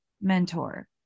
mentor